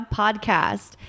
podcast